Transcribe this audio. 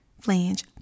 flange